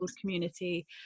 community